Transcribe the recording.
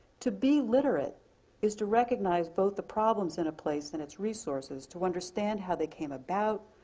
to be literate is to recognize both the problems in a place and its resources. to understand how they came about,